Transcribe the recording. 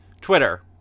Twitter